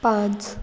पांच